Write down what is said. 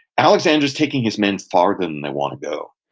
alexander's taking his men farther than they want to go